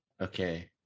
Okay